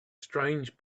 strange